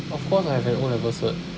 of course I have an O-level cert